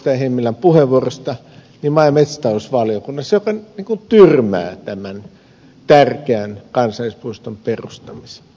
hemmilän puheenvuorosta maa ja metsätalousvaliokunnassa joka tyrmää tämän tärkeän kansallispuiston perustamisen